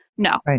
No